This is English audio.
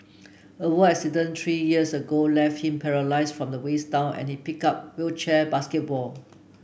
a work accident three years ago left him paralysed from the waist down and he picked up wheelchair basketball